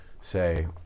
say